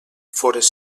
fores